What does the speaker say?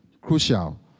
crucial